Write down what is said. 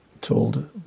told